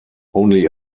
only